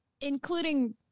including